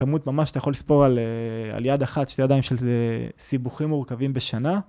כמות ממש שאתה יכול לספור על יד אחת, שתי ידיים של זה, סיבוכים מורכבים בשנה.